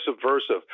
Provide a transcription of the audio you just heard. subversive